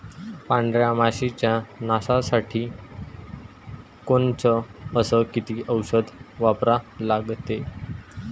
पांढऱ्या माशी च्या नाशा साठी कोनचं अस किती औषध वापरा लागते?